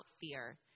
fear